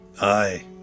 Aye